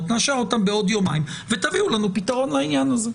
אלא נאשר אותן בעוד יומיים ותביאו לנו פתרון לעניין הזה.